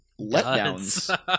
letdowns